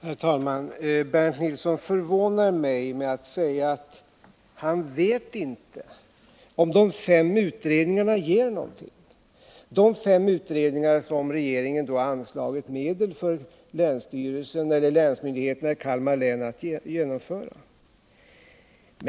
Herr talman! Bernt Nilsson förvånar mig med att säga att han inte vet om de fem utredningar, för vilkas genomförande som regeringen anslagit medel till länsmyndigheterna i Kalmar län, ger någonting.